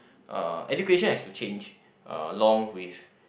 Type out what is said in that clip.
uh education has to change along with